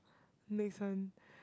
next one